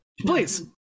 Please